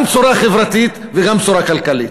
גם בשורה חברתית וגם בשורה כלכלית.